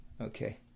Okay